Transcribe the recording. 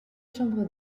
chambres